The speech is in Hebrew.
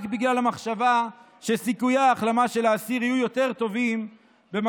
רק בגלל המחשבה שסיכויי ההחלמה של האסיר יהיו טובים יותר